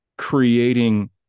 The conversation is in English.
creating